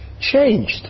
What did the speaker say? changed